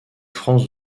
france